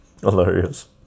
hilarious